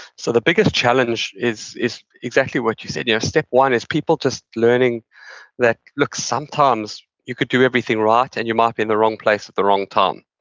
so, the biggest challenge is is exactly what you said. yeah step one is people just learning that look, sometimes you could do everything right and you might be in the wrong place at the wrong time.